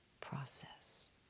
process